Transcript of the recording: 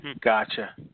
Gotcha